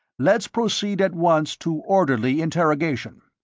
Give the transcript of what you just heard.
let's proceed at once to orderly interrogation.